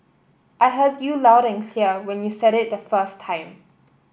I heard you loud and clear when you said it the first time